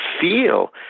feel